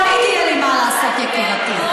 תמיד יהיה לי מה לעשות, יקירתי.